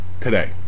today